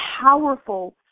powerful